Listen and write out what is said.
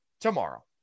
tomorrow